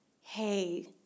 Hey